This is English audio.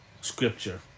scripture